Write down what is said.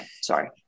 Sorry